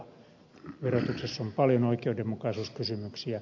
verotuksessa on paljon oikeudenmukaisuuskysymyksiä